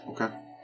Okay